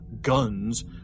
guns